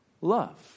love